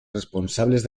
responsables